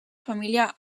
família